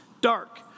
dark